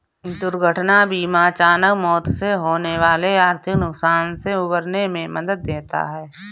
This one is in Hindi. दुर्घटना बीमा अचानक मौत से होने वाले आर्थिक नुकसान से उबरने में मदद देता है